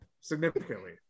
significantly